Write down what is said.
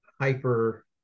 hyper